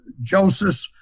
Joseph